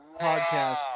podcast